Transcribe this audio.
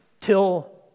till